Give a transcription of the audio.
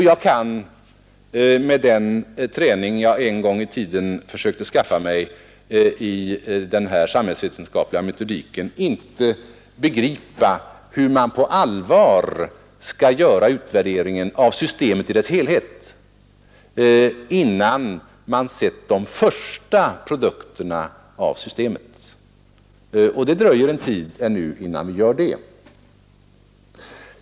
Jag kan med den träning jag en gång i tiden försökte skaffa mig i den här samhällsvetenskapliga metodiken inte begripa hur man på allvar skall göra utvärderingen av systemet i dess helhet innan man sett de första produkterna av systemet, vilket kommer att dröja ytterligare en tid.